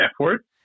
effort